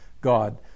God